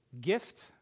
gift